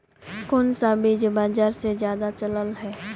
कोन सा बीज बाजार में ज्यादा चलल है?